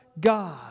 God